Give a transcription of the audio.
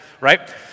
Right